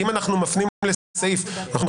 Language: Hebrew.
כי אם אנחנו מפנים לסעיף ואנחנו אומרים